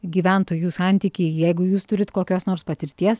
gyventojų santykiai jeigu jūs turit kokios nors patirties